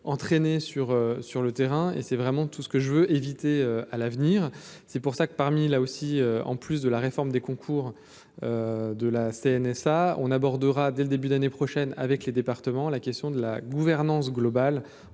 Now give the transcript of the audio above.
entraîner sur sur le terrain et c'est vraiment tout ce que je veux éviter à l'avenir, c'est pour ça que parmi là aussi, en plus de la réforme des concours de la CNSA on abordera dès le début d'année prochaine avec les départements, la question de la gouvernance globale,